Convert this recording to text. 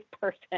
person